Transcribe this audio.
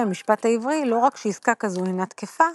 המשפט העברי לא רק שעסקה כזו אינה תקפה,